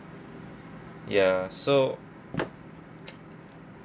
ya so